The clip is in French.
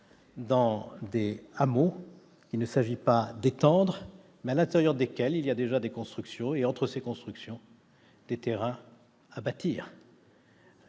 dans des hameaux, qu'il ne s'agit pas d'étendre, mais à l'intérieur desquels il y a déjà des constructions et, entre ces constructions, des terrains à bâtir.